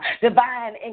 Divine